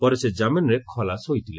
ପରେ ସେ ଜାମିନ୍ରେ ଖଲାସ ହୋଇଥିଲେ